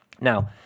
now